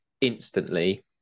instantly